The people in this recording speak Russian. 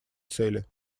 цели